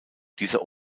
dieser